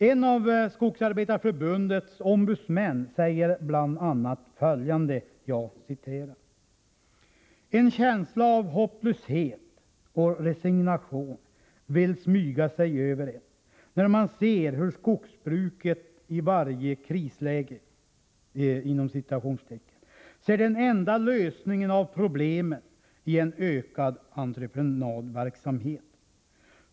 En av Skogsarbetareförbundets ombudsmän säger bl.a. följande: ”En känsla av hopplöshet och resignation vill smyga sig över en, när man ser hur skogsbruket i varje "krisläge ser den enda lösningen av problemen i en ökad entreprenadverksamhet.